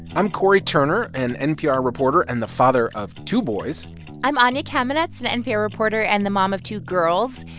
i'm cory turner, an npr reporter and the father of two boys i'm anya kamenetz, an npr reporter and the mom of two girls.